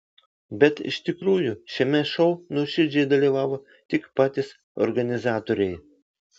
bet iš tikrųjų šiame šou nuoširdžiai dalyvavo tik patys organizatoriai